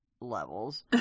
levels